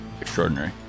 Extraordinary